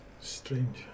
Strange